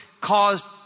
caused